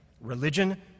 religion